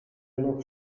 noch